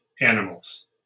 animals